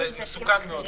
זה מסוכן מאוד.